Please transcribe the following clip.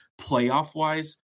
playoff-wise